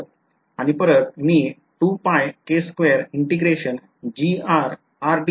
आणि परत मी असे लिहू शकतो